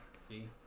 See